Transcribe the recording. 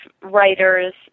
writers